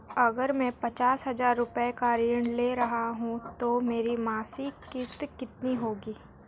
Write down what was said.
अगर मैंने पचास हज़ार रूपये का ऋण ले रखा है तो मेरी मासिक किश्त कितनी होगी?